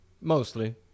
Mostly